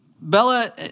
Bella